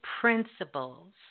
principles